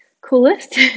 coolest